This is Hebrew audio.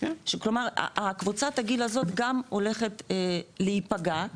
כלומר קבוצת הגיל הזאת גם הולכת להיפגע,